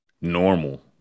normal